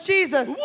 Jesus